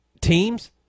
teams